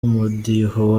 umudiho